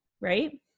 right